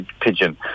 pigeon